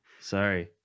Sorry